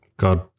God